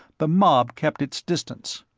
the mob kept its distance.